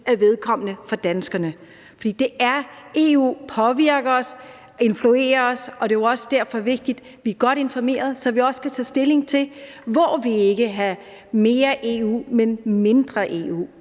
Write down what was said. er vedkommende. For EU påvirker os, influerer os, og det er jo derfor også vigtigt, at vi er godt informeret, så vi også kan tage stilling til, hvor det er, vi ikke vil have mere EU, men mindre EU,